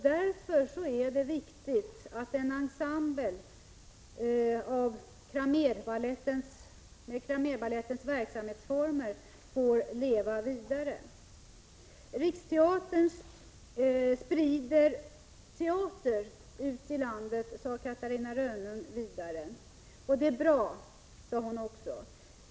Därför är det viktigt att en ensemble med Cramérbalettens verksamhetsformer får leva vidare.- Riksteatern sprider teater ut i landet, sade Catarina Rönnung vidare, och det är bra, fortsatte hon.